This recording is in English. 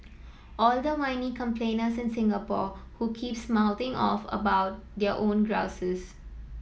all the whiny complainers in Singapore who keeps mouthing off about their own grouses